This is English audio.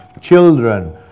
children